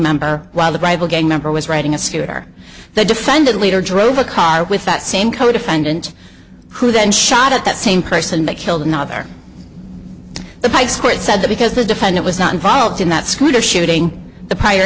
member while the rival gang member was writing a scooter the defendant leader drove a car with that same codefendant who then shot at that same person that killed another the pipes court said because the defendant was not involved in that scooter shooting the prior